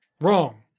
Wrong